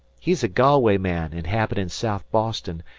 he's a galway man inhabitin' south boston,